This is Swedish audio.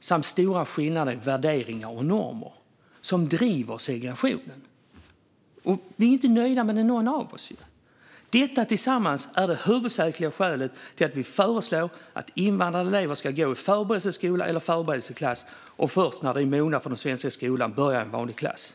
samt stora skillnader i värderingar och normer, som driver segregationen. Inte någon av oss är nöjd med detta. Detta är det huvudsakliga skälet till att vi föreslår att invandrade elever ska gå i förberedelseskola eller förberedelseklass, och först när de är mogna för den svenska skolan ska de börja i en vanlig klass.